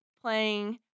playing